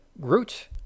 Groot